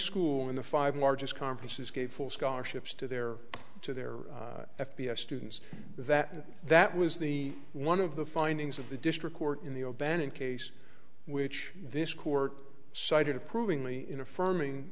school in the five largest conferences gave full scholarships to their to their f b i students that that was the one of the findings of the district court in the o'bannon case which this court cited approvingly in affirming